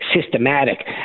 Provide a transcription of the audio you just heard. systematic